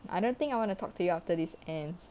I don't think I want to talk to you after this ends